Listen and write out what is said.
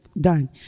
Done